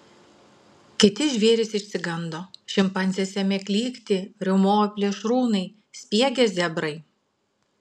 kiti žvėrys išsigando šimpanzės ėmė klykti riaumojo plėšrūnai spiegė zebrai